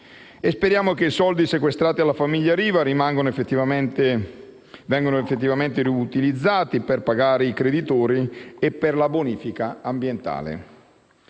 Speriamo che i soldi sequestrati alla famiglia Riva vengano effettivamente utilizzati per pagare i creditori e per la bonifica ambientale.